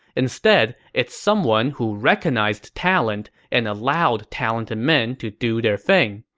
instead, it's someone who recognized talent and allowed talented men to do their thing.